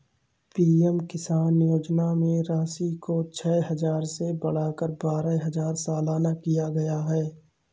PM किसान योजना में राशि को छह हजार से बढ़ाकर बारह हजार सालाना किया गया है